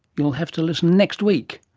you'll have to listen next week.